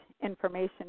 information